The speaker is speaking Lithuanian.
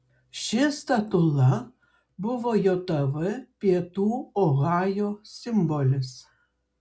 ši statula buvo jav pietų ohajo simbolis